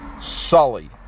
Sully